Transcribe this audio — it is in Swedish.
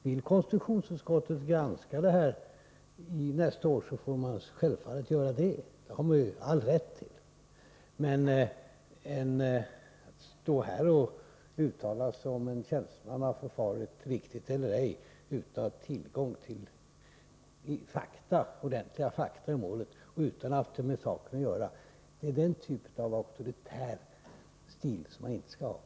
Vill konstitutionsutskottet granska detta nästa år har man all rätt till det. Men att stå här och uttala sig om huruvida en tjänsteman förfarit riktigt eller ej, utan att ha tillgång till ordentliga fakta i målet och utan att ha med saken att göra, tycker jag vore att visa ett slags auktoritär stil som inte är den rätta.